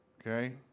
Okay